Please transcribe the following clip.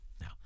Now